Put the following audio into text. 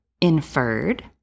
inferred